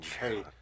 Hey